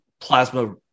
plasma